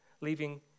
leaving